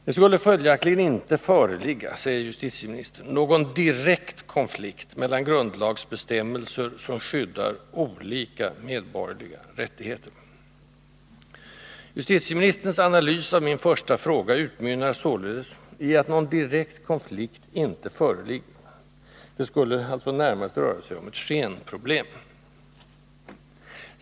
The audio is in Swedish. Det skulle följaktligen inte föreligga, säger justitieministern, någon direkt konflikt mellan grundlagsbestämmelser som skyddar olika medborgerliga rättigheter. Justitieministerns analys av min första fråga utmynnar således i att någon direkt konflikt inte föreligger. Det skulle alltså närmast röra sig om ett skenproblem.